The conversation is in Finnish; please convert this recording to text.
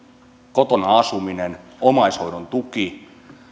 kotona asuminen omaishoidon tuki